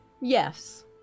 yes